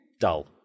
dull